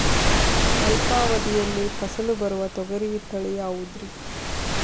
ಅಲ್ಪಾವಧಿಯಲ್ಲಿ ಫಸಲು ಬರುವ ತೊಗರಿ ತಳಿ ಯಾವುದುರಿ?